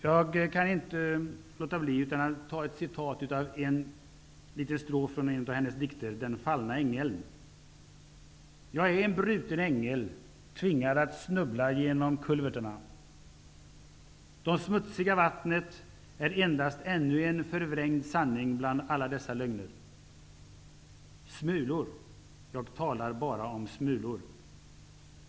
Jag kan inte låta bli att citera en strof ur en av hennes dikter, tvingad att snubbla genom kulvertarna. Det smutsiga vattnet är endast ännu en förvrängd sanning bland alla dessa lögner. Smulor. Jag talar bara om smulor.